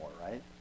right